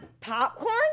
popcorn